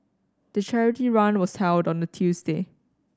the charity run was held on a Tuesday